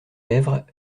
lèvres